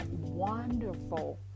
wonderful